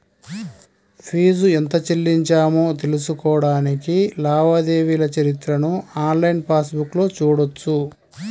fee ఎంత చెల్లించామో తెలుసుకోడానికి లావాదేవీల చరిత్రను ఆన్లైన్ పాస్ బుక్లో చూడొచ్చు